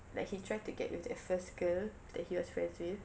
like he tried to get with that first girl that he was friends with